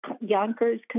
Yonkers